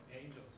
Angels